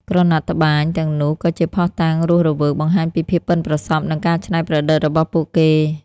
ក្រណាត់ត្បាញទាំងនោះក៏ជាភស្តុតាងរស់រវើកបង្ហាញពីភាពប៉ិនប្រសប់និងការច្នៃប្រឌិតរបស់ពួកគេ។